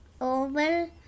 Oval